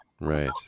Right